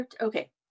Okay